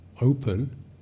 open